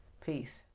Peace